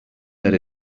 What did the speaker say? that